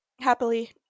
Happily